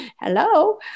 hello